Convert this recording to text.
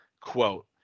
quote